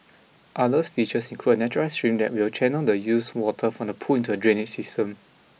others features include a naturalised stream that will channel the used water from the pool into a drainage system